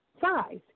size